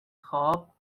خواب